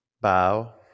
Bow